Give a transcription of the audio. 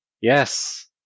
Yes